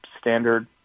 standard